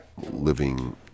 living